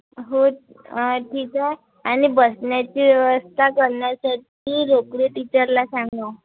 हो ठीकाय आणि बसण्याची व्यवस्था करण्यासाठी रोकरे टीचरला सांगा